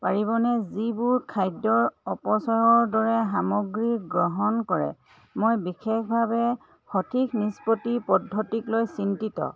পাৰিবনে যিবোৰে খাদ্যৰ অপচয়ৰ দৰে সামগ্ৰী গ্ৰহণ কৰে মই বিশেষভাৱে সঠিক নিষ্পত্তি পদ্ধতিক লৈ চিন্তিত